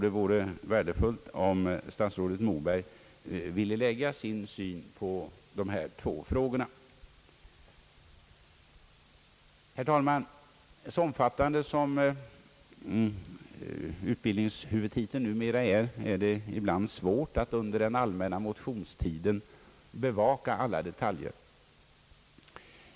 Det vore värdefullt om statsrådet Moberg ville framlägga sin syn på dessa två frågor. Herr talman! Så omfattande som utbildningshuvudtiteln är kan det ibland vara svårt att under den allmänna motionstiden bevaka alla detaljer.